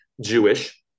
Jewish